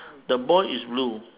the boy is blue